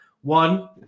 One